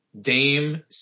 Dame